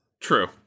True